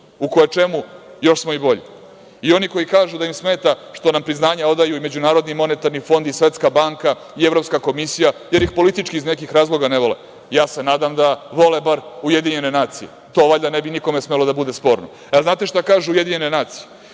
u koje čemu još smo i bolji. Oni koji kažu da im smeta što nam priznanja odaju i MMF i Svetska banka i Evropska komisija, jer ih politički iz nekih razloga ne vole. Ja se nadam da vole bar UN, to valjda ne bi nikome smelo da bude sporno. Da li znate šta kažu UN? Ujedinjene nacije